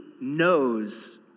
knows